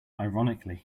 ironically